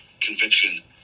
conviction